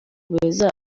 beza